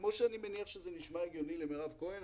כמו שאני מניח שזה נשמע הגיוני למירב כהן.